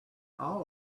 all